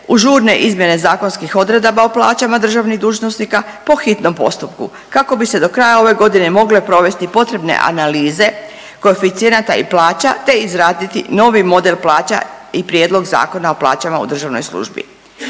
žurne izmjene zakonskih odredaba o plaćama državnih dužnosnika po hitnom postupku kako bi se do kraja ove godine mogle provesti potrebne analize koeficijenata i plaća, te izraditi novi model plaća i prijedlog Zakona o plaćama u državnoj službi.